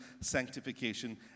sanctification